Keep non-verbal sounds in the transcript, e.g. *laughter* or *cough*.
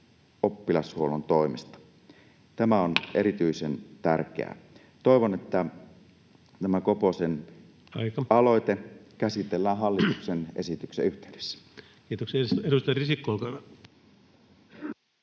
oppilashuollon toimesta. Tämä on *noise* erityisen tärkeää. Toivon, että tämä Koposen aloite [Puhemies: Aika!] käsitellään hallituksen esityksen yhteydessä. Kiitoksia. — Edustaja Risikko, olkaa hyvä.